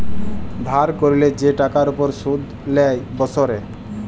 ধার ক্যরলে যে টাকার উপর শুধ লেই বসরে